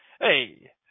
Hey